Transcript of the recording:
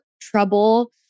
trouble